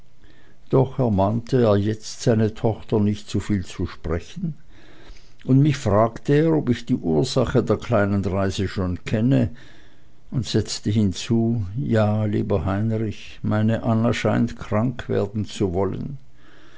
doch ermahnte er jetzt seine tochter nicht zuviel zu sprechen und mich fragte er ob ich die ursache der kleinen reise schon kenne und setzte hinzu ja lieber heinrich meine anna scheint krank werden zu wollen